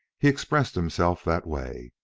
he expressed himself that way.